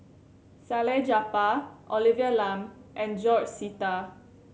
Salleh Japar Olivia Lum and George Sita